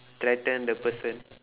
threaten the person